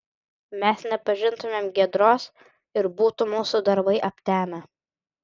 mes nepažintumėm giedros ir būtų mūsų darbai aptemę